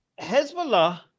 Hezbollah